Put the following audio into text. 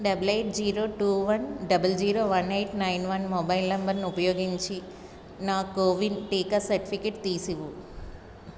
double eight zero two one double zero one eight nine one mobile నంబర్ను ఉపయోగించి నా CoWIN టీకా certificate తీసివ్వుము